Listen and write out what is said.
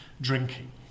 drinking